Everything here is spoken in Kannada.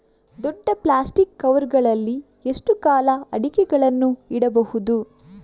ದೊಡ್ಡ ಪ್ಲಾಸ್ಟಿಕ್ ಕವರ್ ಗಳಲ್ಲಿ ಎಷ್ಟು ಕಾಲ ಅಡಿಕೆಗಳನ್ನು ಇಡಬಹುದು?